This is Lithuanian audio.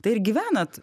tai ir gyvenat